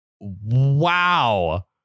Wow